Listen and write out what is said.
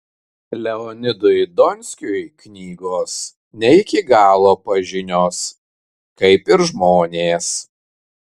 leonidui donskiui knygos ne iki galo pažinios kaip ir žmonės